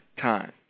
time